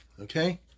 okay